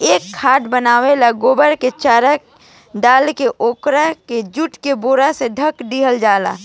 ए खाद के बनावे ला गोबर में चेरा डालके ओकरा के जुट के बोरा से ढाप दिहल जाला